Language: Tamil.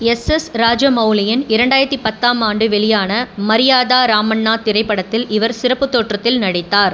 எஸ்எஸ் ராஜமௌலியின் இரண்டாயிரத்து பத்தாம் ஆண்டு வெளியான மரியாதா ராமண்ணா திரைப்படத்தில் இவர் சிறப்புத் தோற்றத்தில் நடித்தார்